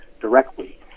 directly